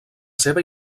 seva